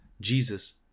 Jesus